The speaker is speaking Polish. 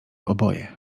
oboje